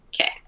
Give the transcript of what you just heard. Okay